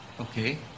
Okay